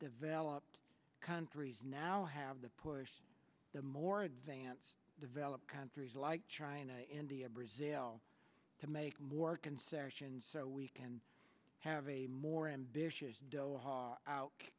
developed countries now have the push more advanced developed countries like china india brazil to make more concessions so we can have a more ambitious